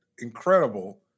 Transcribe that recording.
Incredible